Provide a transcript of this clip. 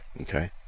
Okay